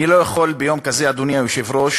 אני לא יכול ביום כזה, אדוני היושב-ראש,